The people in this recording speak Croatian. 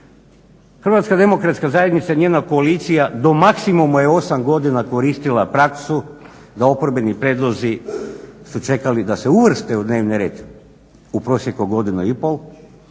predviđeno. Zašto? HDZ, njena koalicija do maksimuma je osam godina koristila praksu da oporbeni prijedlozi su čekali da se uvrste u dnevni red u prosjeku godinu i pol,